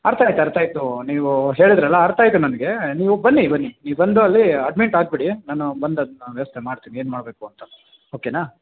ಅರ್ಥಾಯ್ತು ಅರ್ಥಾಯ್ತು ನೀವು ಹೇಳಿದ್ರಲ್ಲ ಅರ್ಥಾಯ್ತು ನನಗೆ ನೀವು ಬನ್ನಿ ಬನ್ನಿ ನೀವು ಬಂದು ಅಲ್ಲಿ ಅಡ್ಮಿಂಟ್ ಆಗಿಬಿಡಿ ನಾನು ಬಂದಲ್ಲಿ ವ್ಯವಸ್ಥೆ ಮಾಡ್ತೀನಿ ಏನು ಮಾಡಬೇಕು ಅಂತ ಓಕೆನಾ